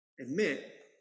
admit